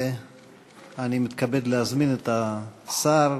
אני מתכבד להזמין את השר,